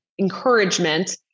encouragement